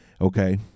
okay